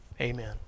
amen